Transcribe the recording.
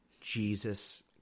Jesus